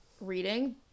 reading